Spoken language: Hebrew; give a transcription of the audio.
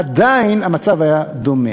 עדיין המצב היה דומה.